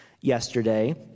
yesterday